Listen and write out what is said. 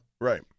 Right